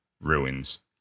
ruins